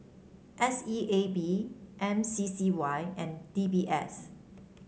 S E A B M C C Y and D B S